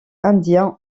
indiens